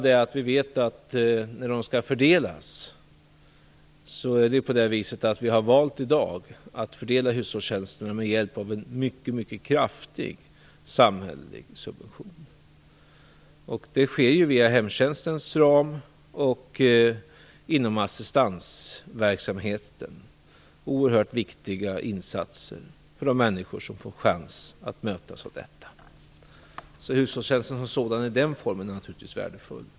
Det är bara det att när de skall fördelas har vi i dag valt att göra det med hjälp av en mycket kraftig samhällelig subvention. Det görs inom hemtjänstens ram och inom assistansverksamheten oerhört viktiga insatser för de människor som får chans att ta del av detta. Hushållstjänsten som sådan i den formen är alltså naturligtvis värdefull.